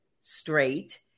straight